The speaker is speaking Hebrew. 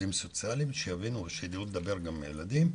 עובדים סוציאליים שיבינו ושידעו לדבר גם עם הילדים,